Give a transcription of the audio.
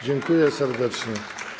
Dziękuję serdecznie.